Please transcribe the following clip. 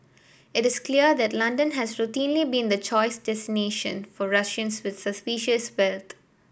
it is clear that London has routinely been the choice destination for Russians with suspicious